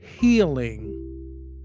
healing